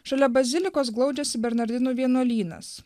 šalia bazilikos glaudžiasi bernardinų vienuolynas